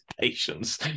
patience